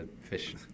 fish